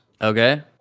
Okay